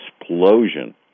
explosion